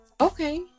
Okay